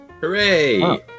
Hooray